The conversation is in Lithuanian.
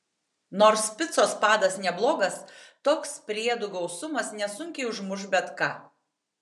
nors picos padas neblogas toks priedų gausumas nesunkiai užmuš bet ką